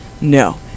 No